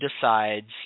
decides